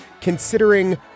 considering